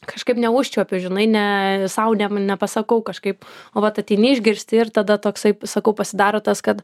kažkaip neužčiuopiu žinai ne sau ne nepasakau kažkaip o vat ateini išgirsti ir tada toksai sakau pasidaro tas kad